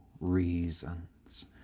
reasons